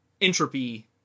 entropy